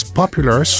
popular